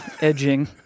edging